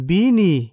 Bini